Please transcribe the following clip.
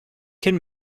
can